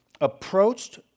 approached